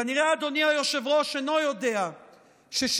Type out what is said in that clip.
כנראה אדוני היושב-ראש אינו יודע ש-60%